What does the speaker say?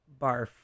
Barf